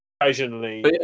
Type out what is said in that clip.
Occasionally